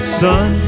son